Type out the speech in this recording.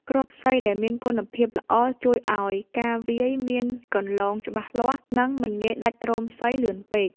គ្រាប់សី ដែលមានគុណភាពល្អជួយឱ្យការវាយមានគន្លងច្បាស់លាស់ និងមិនងាយដាច់រោមសីលឿនពេក។